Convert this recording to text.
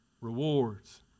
Rewards